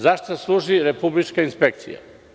Zašta služi republička inspekcija?